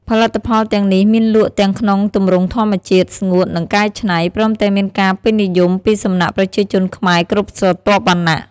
ផលិតផលទាំងនេះមានលក់ទាំងក្នុងទម្រង់ធម្មជាតិ ស្ងួត និងកែច្នៃ ព្រមទាំងមានការពេញនិយមពីសំណាក់ប្រជាជនខ្មែរគ្រប់ស្រទាប់វណ្ណៈ។